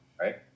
Right